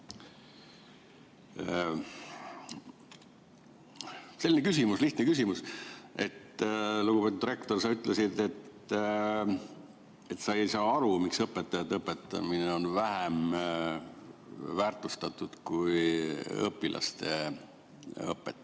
Selline küsimus, lihtne küsimus. Lugupeetud rektor, sa ütlesid, et sa ei saa aru, miks õpetajate õpetamine on vähem väärtustatud kui õpilaste õpetamine.